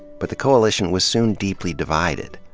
but the coalition was soon deeply divided,